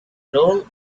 roll